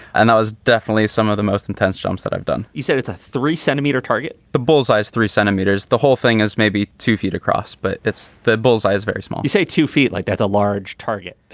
and that was definitely some of the most intense jumps that i've done. you said it's a three centimetre target, the bullseyes three centimeters. the whole thing is maybe two feet across. but it's the bull's eye is very small you say two feet like that's a large target